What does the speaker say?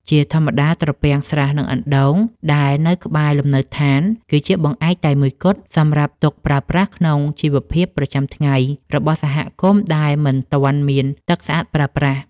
ជាធម្មតា ត្រពាំង ស្រះ និងអណ្ដូងដែលនៅក្បែរលំនៅដ្ឋាន គឺជាបង្អែកតែមួយគត់សម្រាប់ទុកប្រើប្រាស់ក្នុងជីវភាពប្រចាំថ្ងៃរបស់សហគមន៍ដែលមិនទាន់មានទឹកស្អាតប្រើប្រាស់។